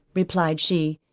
replied she,